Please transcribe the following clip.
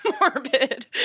morbid